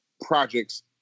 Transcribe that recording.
projects